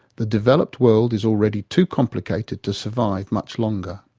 the developed world is already too complicated to survive much longer.